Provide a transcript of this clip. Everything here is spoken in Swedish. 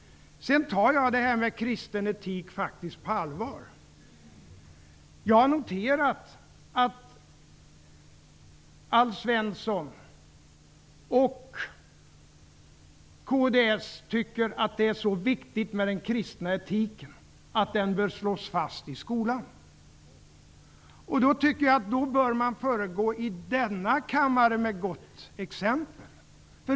Jag tar faktiskt talet om kristen etik på allvar. Jag har noterat att Alf Svensson och kds tycker att det är så viktigt med den kristna etiken att den bör slås fast i skolan. Jag tycker då att man i denna kammare bör föregå med gott exempel.